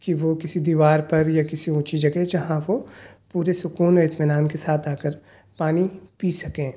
کہ وہ کسی دیوار پر یا کسی اونچی جگہ جہاں وہ پورے سکون و اطمینان کے ساتھ آ کر پانی پی سکیں